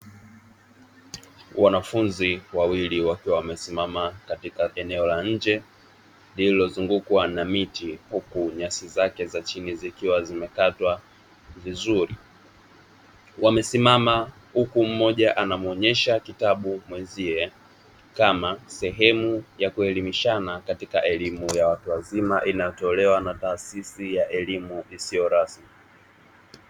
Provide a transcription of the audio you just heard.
Wanafunzi wawili wakiwa wamesimama katika eneo la nje lililozungukwa na miti huku nyasi zake za chini zikiwa zimekatwa vizuri; wamesimama huku mmoja anamwonyesha kitabu mwenzie kama sehemu ya kuelimishana katika elimu ya watu wazima inayotolewa na taasisi elimu isio rasmi.